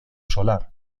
solar